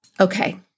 Okay